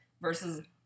versus